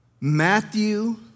Matthew